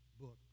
book